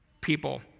people